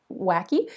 wacky